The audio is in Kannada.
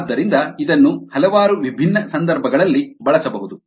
ಆದ್ದರಿಂದ ಇದನ್ನು ಹಲವಾರು ವಿಭಿನ್ನ ಸಂದರ್ಭಗಳಲ್ಲಿ ಬಳಸಬಹುದು